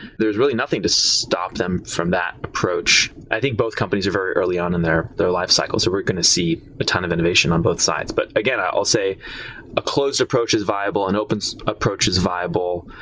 there's really nothing to stop them from that approach. i think both companies are very early on in their their lifecycle. so we're going to see a ton of innovation on both sides. but again, i'll say a closed approach is viable. an open so approach is viable.